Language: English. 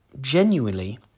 genuinely